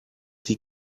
die